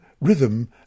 rhythm